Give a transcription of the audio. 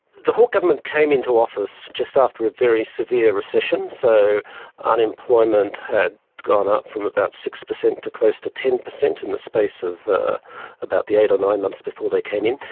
the hawke government came into office just after a very severe recession, so unemployment had gone up from about six per cent to close to ten per cent in the space of about the eight or nine months before they came in.